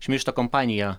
šmeižto kompaniją